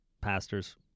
pastors